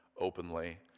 openly